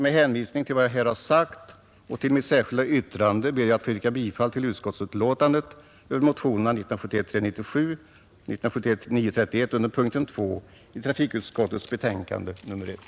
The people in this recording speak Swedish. Med hänvisning till vad jag här sagt och till mitt särskilda yttrande ber jag att få yrka bifall till trafikutskottets hemställan under punkten 2 såvitt angår motionerna 397 och 931.